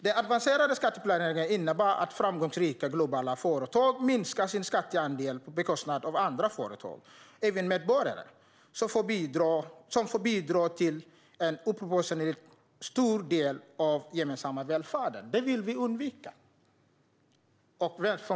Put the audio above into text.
Den avancerade skatteplaneringen innebär att framgångsrika globala företag minskar sin skatteandel på bekostnad av andra företag och även medborgare, som får bidra till en oproportionerligt stor del av den gemensamma välfärden. Detta vill vi undvika.